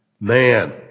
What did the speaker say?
man